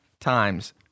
times